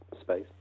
space